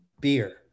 beer